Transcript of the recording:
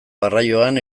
garraioan